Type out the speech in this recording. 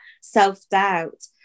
self-doubt